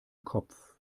kopf